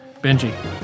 Benji